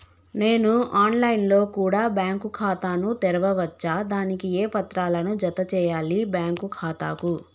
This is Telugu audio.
నేను ఆన్ లైన్ లో కూడా బ్యాంకు ఖాతా ను తెరవ వచ్చా? దానికి ఏ పత్రాలను జత చేయాలి బ్యాంకు ఖాతాకు?